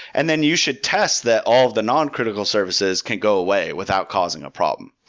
and then, you should test that all of the noncritical services can go away without causing a problem.